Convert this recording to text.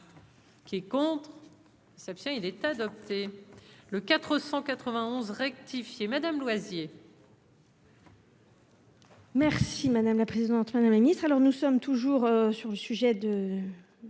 Qui est contre, il est adopté. Le 491 rectifié, madame Loisier.